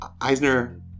Eisner